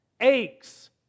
Aches